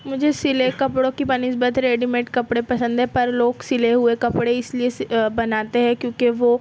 مجھے سلے کپڑوں کی بنسبت ریڈی میٹ کپڑے پسند ہیں پر لوگ سِلے ہوئے کپڑے اِس لیے بناتے ہیں کیوںکہ وہ